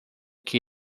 que